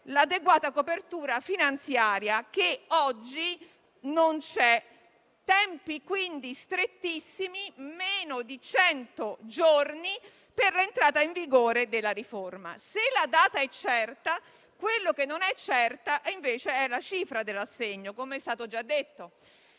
l'adeguata copertura finanziaria che oggi non c'è. I tempi quindi sono strettissimi: meno di cento giorni per l'entrata in vigore della riforma. Se la data è certa, quello che non è certo, invece, è la cifra dell'assegno, come è stato già detto.